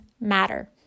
matter